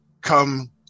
come